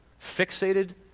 fixated